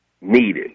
needed